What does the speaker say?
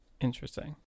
Interesting